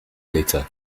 later